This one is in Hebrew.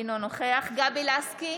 אינו נוכח גבי לסקי,